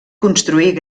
construir